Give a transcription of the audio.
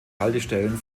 haltestellen